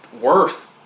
worth